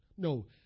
No